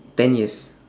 ten years